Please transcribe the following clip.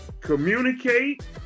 communicate